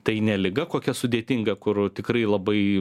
tai ne liga kokia sudėtinga kur tikrai labai